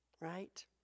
right